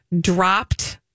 dropped